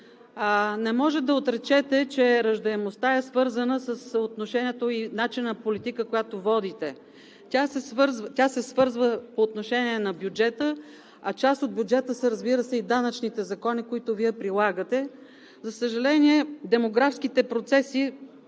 Не може да отречете, че раждаемостта е свързана с отношението и политиката, която водите. Тя се свързва и по отношение на бюджета, а част от бюджета са, разбира се, и данъчните закони, които Вие прилагате. За съжаление, демографските процеси